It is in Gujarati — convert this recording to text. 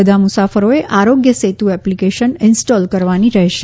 બધા મુસાફરોએ આરોગ્ય સેતુ એપ્લિકેશન ઇન્સ્ટોલ કરવાની રહેશે